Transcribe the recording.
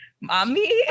Mommy